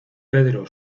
pedro